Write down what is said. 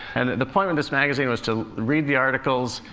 and the point of this magazine was to read the articles,